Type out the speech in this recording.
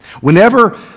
Whenever